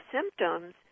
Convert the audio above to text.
symptoms